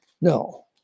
no